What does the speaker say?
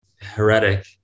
heretic